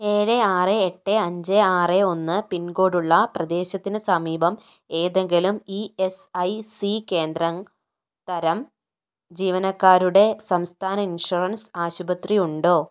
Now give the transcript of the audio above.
ഏഴ് ആറ് എട്ട് അഞ്ച് ആറ് ഒന്ന് പിൻകോഡുള്ള പ്രദേശത്തിന് സമീപം ഏതെങ്കിലും ഇഎസ്ഐസി കേന്ദ്രം തരം ജീവനക്കാരുടെ സംസ്ഥാന ഇൻഷുറൻസ് ആശുപത്രി ഉണ്ടോ